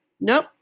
Nope